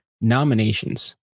nominations